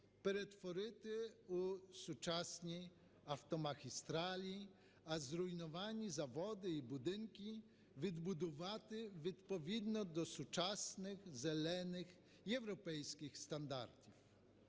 перетворити у сучасні автомагістралі, а зруйновані заводи і будинки відбудувати відповідно до сучасних зелених європейських стандартів.